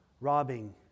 robbing